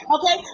Okay